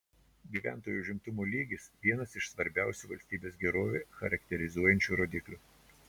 gyventojų užimtumo lygis vienas iš svarbiausių valstybės gerovę charakterizuojančių rodiklių